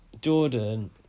Jordan